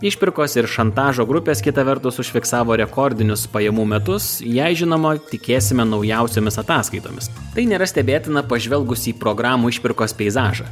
išpirkos ir šantažo grupės kita vertus užfiksavo rekordinius pajamų metus jei žinoma tikėsime naujausiomis ataskaitomis tai nėra stebėtina pažvelgus į programų išpirkos peizažą